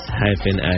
hyphen